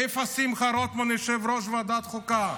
איפה שמחה רוטמן, יושב-ראש ועדת החוקה?